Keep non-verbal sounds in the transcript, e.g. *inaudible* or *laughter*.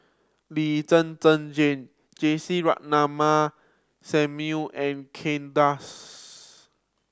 Lee Zhen Zhen Jane *unintelligible* Ratnammah Samuel and Kay Das